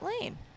lane